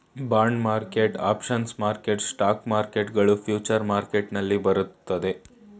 bond market, options market, stock market ಗಳು future market ನಲ್ಲಿ ಬರುತ್ತದೆ